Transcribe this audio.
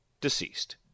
Deceased